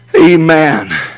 Amen